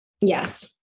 Yes